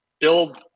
build